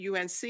UNC